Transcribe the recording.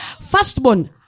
Firstborn